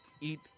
eat